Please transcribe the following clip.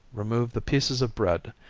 remove the pieces of bread,